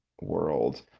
world